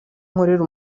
nkorera